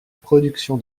production